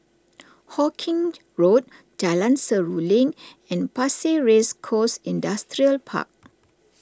Hawkinge Road Jalan Seruling and Pasir Ris Coast Industrial Park